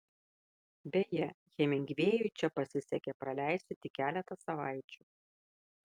beje hemingvėjui čia pasisekė praleisti tik keletą savaičių